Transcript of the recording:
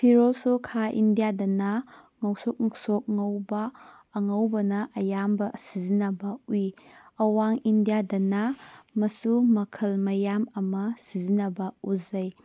ꯐꯤꯔꯣꯜꯁꯨ ꯈꯥ ꯏꯟꯗꯤꯌꯥꯗꯅ ꯉꯧꯁꯣꯛ ꯉꯧꯁꯣꯛ ꯉꯧꯕ ꯑꯉꯧꯕꯅ ꯑꯌꯥꯝꯕ ꯁꯤꯖꯤꯟꯅꯕ ꯎꯏ ꯑꯋꯥꯡ ꯏꯟꯗꯤꯌꯥꯗꯅ ꯃꯆꯨꯨ ꯃꯈꯜ ꯃꯌꯥꯝ ꯑꯃ ꯁꯤꯖꯤꯟꯅꯕ ꯎꯖꯩ